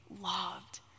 loved